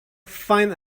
find